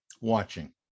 watching